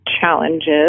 challenges